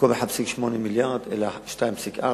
במקום 1.8 מיליארד, 2.4,